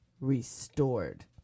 restored